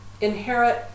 inherit